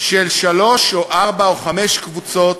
של שלוש או ארבע או חמש קבוצות